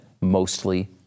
mostly